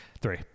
three